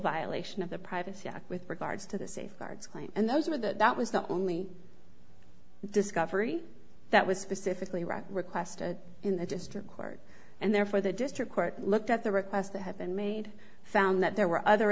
violation of the privacy act with regards to the safeguards claim and those are that that was the only discovery that was specifically right requested in the district court and therefore the district court looked at the request to have been made found that there were other